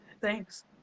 thanks